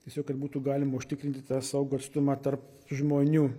tiesiog kad būtų galima užtikrinti tą saugų atstumą tarp žmonių